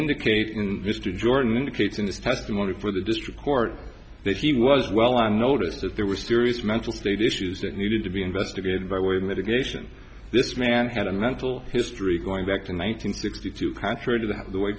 indicate in mr jordan indicates in this testimony for the district court that he was well on notice that there were serious mental state issues that needed to be investigated by way of litigation this man had a mental history going back to one thousand sixty two contrary to that the way